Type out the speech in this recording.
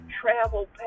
travel